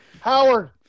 Howard